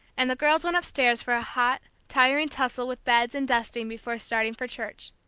and the girls went upstairs for a hot, tiring tussle with beds and dusting before starting for church.